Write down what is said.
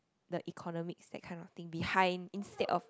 the economics that kind of thing behind instead of